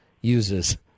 uses